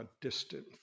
distant